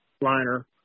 liner